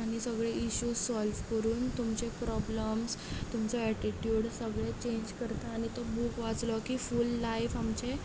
आनी सगले issues solve करून तुमचें प्रोब्लेम्स तुमचो एटीट्यूड सगलें चेंज करता आनी तो बूक वाचलो की फूल लायफ आमचें